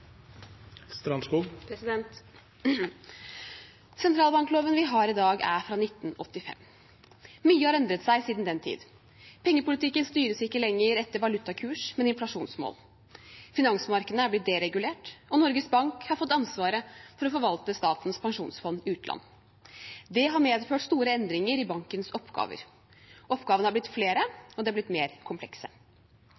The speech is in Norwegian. fra 1985. Mye har endret seg siden den tid. Pengepolitikken styres ikke lenger etter valutakurs, men inflasjonsmål. Finansmarkedene er blitt deregulert, og Norges Bank har fått ansvaret for å forvalte Statens pensjonsfond utland, SPU. Det har medført store endringer i bankens oppgaver. Oppgavene er blitt flere,